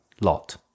Lot